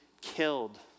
killed